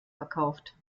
verkauft